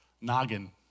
noggin